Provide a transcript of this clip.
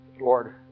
Lord